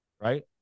Right